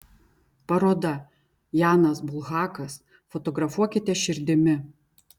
paroda janas bulhakas fotografuokite širdimi